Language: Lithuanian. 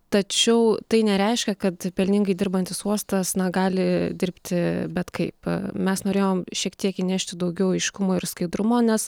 tačiau tai nereiškia kad pelningai dirbantis uostas na gali dirbti bet kaip mes norėjom šiek tiek įnešti daugiau aiškumo ir skaidrumo nes